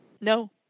No